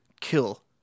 kill